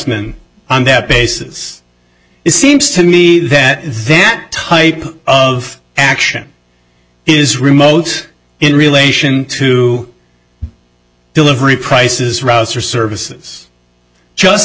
that basis it seems to me that that type of action is remote in relation to delivery prices routes or services just